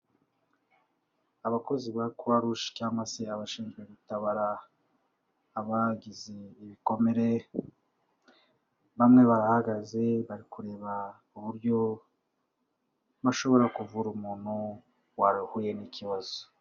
Abakozi ba Croix Rouge cyangwa se abashinzwe gutabara abagize ibikomere, bamwe barahagaze, bari kureba uburyo bashobora kuvura umuntu wahuye n'ikibazo.